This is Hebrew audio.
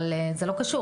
אבל זה לא קשור.